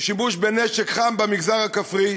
לשימוש בנשק חם גם במגזר הכפרי,